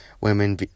women